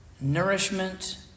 nourishment